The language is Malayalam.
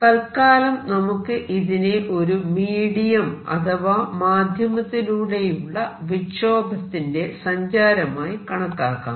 തത്കാലം നമുക്ക് ഇതിനെ ഒരു മീഡിയം അഥവാ മാധ്യമത്തിലൂടെയുള്ള വിക്ഷോഭത്തിന്റെ സഞ്ചാരമായി കണക്കാക്കാം